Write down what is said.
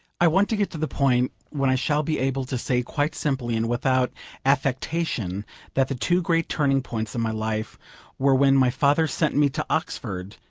i want to get to the point when i shall be able to say quite simply, and without affectation that the two great turning-points in my life were when my father sent me to oxford,